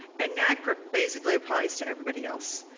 and nagpra basically applies to everybody else.